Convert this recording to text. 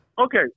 Okay